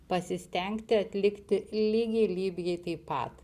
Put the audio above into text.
pasistengti atlikti lygiai lygiai taip pat